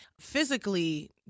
Physically